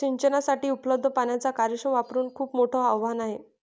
सिंचनासाठी उपलब्ध पाण्याचा कार्यक्षम वापर खूप मोठं आवाहन आहे